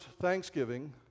Thanksgiving